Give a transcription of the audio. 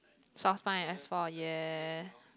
sold my S four ya